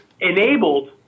enabled